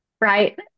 right